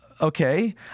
okay